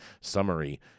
summary